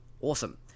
awesome